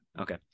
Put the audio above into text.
Okay